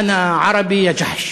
"אנא ערבי יא ג'חש".